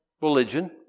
Religion